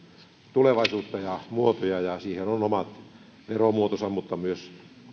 tulevaisuutta ja muotoja ja siihen on omat veromuotonsa myös